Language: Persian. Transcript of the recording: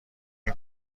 این